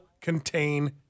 contain